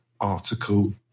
article